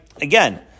again